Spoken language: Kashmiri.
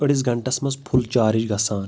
أڈِس گنٛٹس منٛز فُل چارٕج گژھان